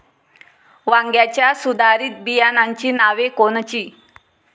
वांग्याच्या सुधारित बियाणांची नावे कोनची?